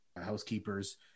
housekeepers